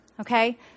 Okay